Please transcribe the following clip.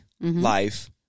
life